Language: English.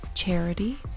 charity